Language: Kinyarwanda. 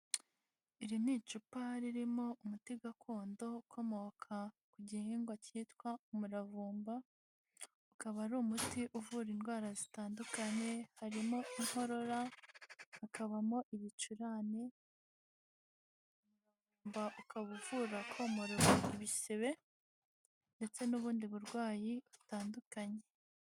Iri ni icupa ririmo umuti gakondo ukomoka ku gihingwa cyitwa umuravumba, ukaba ari umuti uvura indwara zitandukanye, harimo inkorora hakabamo ibicurane, umuravumba ukaba uvura komorora ibisebe ndetse n'ubundi burwayi butandukanye.